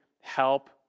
help